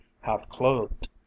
half-clothed